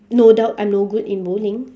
no doubt I'm no good in bowling